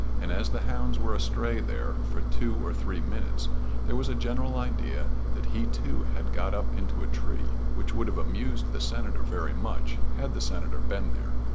and as the hounds were astray there for two or three minutes there was a general idea that he too had got up into a tree which would have amused the senator very much had the senator been there.